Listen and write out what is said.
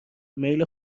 میل